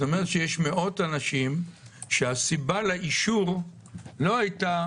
זה אומר שיש מאות אנשים שהסיבה לאישור לא הייתה